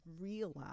realize